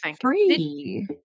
free